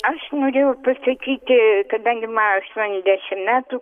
aš norėjau pasakyti kadangi man aštuoniasdešim metų